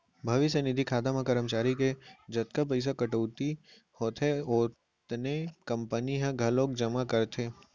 भविस्य निधि खाता म करमचारी के जतका पइसा कटउती होथे ओतने कंपनी ह घलोक जमा करथे